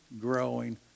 growing